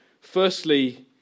Firstly